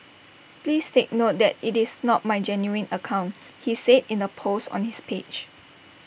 please take note that IT is not my genuine account he said in A post on his page